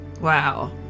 Wow